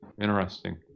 Interesting